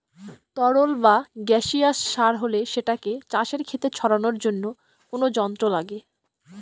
তরল বা গাসিয়াস সার হলে সেটাকে চাষের খেতে ছড়ানোর জন্য কোনো যন্ত্র লাগে